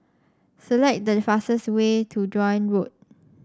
select the fastest way to Joan Road